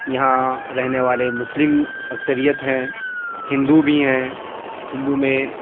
یہاں رہنے والے مسلم اکثریت ہے ہندو بھی ہیں ہندو میں